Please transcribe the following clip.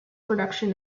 production